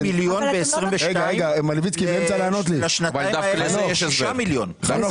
ממיליון ב-2022 ל-6 מיליון.